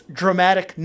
dramatic